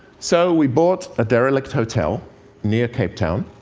so we bought a derelict hotel near cape town.